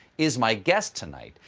is my guest tonight.